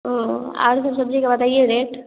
ओ और सब सब्जी का बताइए रेट